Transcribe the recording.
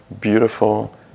beautiful